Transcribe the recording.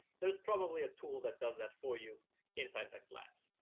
there is probably a tool that does that for you in sidefx labs.